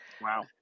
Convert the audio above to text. wow